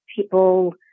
people